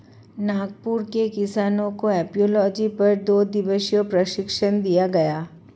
नागपुर के किसानों को एपियोलॉजी पर दो दिवसीय प्रशिक्षण दिया गया